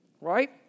Right